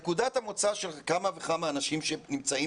נקודת המוצא של כמה וכמה אנשים שנמצאים